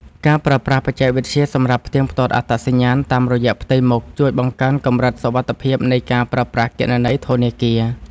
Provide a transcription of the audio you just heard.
ការប្រើប្រាស់បច្ចេកវិទ្យាសម្រាប់ផ្ទៀងផ្ទាត់អត្តសញ្ញាណតាមរយៈផ្ទៃមុខជួយបង្កើនកម្រិតសុវត្ថិភាពនៃការប្រើប្រាស់គណនីធនាគារ។